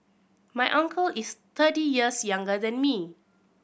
my uncle is thirty years younger than me